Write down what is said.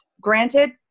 granted